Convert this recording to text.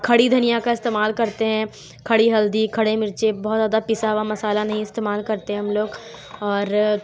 کھڑی دھنیا کا استعمال کرتے ہیں کھڑی ہلدی کھڑے مرچے بہت زیادہ پسا ہوا مسالہ نہیں استعمال کرتے ہم لوگ اور